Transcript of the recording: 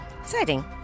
Exciting